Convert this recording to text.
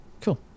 Cool